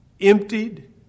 emptied